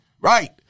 right